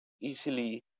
easily